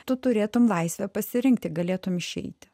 tu turėtum laisvę pasirinkti galėtum išeiti